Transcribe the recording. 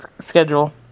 schedule